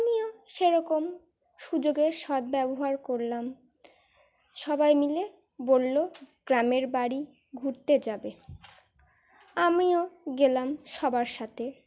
আমিও সেরকম সুযোগের সদ্ব্যবহার করলাম সবাই মিলে বললো গ্রামের বাড়ি ঘুরতে যাবে আমিও গেলাম সবার সাথে